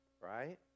right